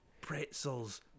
pretzels